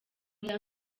rye